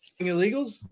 illegals